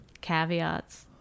Caveats